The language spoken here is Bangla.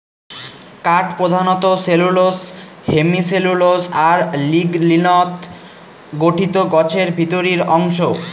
কাঠ প্রধানত সেলুলোস, হেমিসেলুলোস আর লিগলিনত গঠিত গছের ভিতরির অংশ